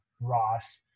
Ross